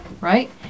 right